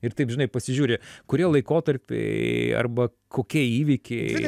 ir taip žinai pasižiūri kurie laikotarpiai arba kokie įvykiai